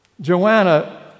Joanna